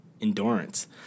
endurance